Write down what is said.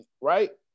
right